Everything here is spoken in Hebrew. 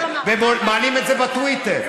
ומעלים את זה בטוויטר.